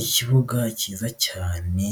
Ikibuga cyiza cyane,